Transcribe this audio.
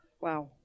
Wow